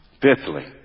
Fifthly